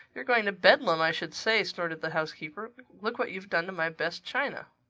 you're going to bedlam, i should say, snorted the housekeeper. look what you've done to my best china!